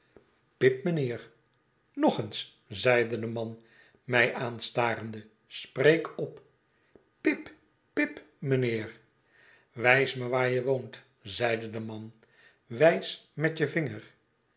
pip mijnheer nog eens zeide de man mij aanstarende spreek op pip pip mijnheer wijs me waar je woont zeide de man wijs met je vinger